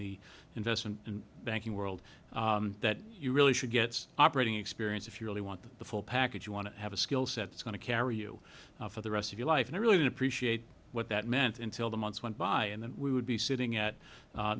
the investment banking world that you really should get operating experience if you really want the full package you want to have a skill set it's going to carry you for the rest of your life and i really appreciate what that meant until the months went by and then we would be sitting at